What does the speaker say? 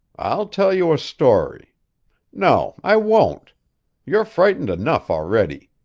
i'll tell you a story no, i won't you're frightened enough already.